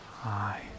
Hi